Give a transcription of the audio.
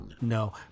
No